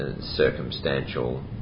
circumstantial